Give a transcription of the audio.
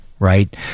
Right